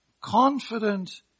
Confident